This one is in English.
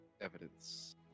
evidence